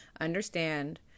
understand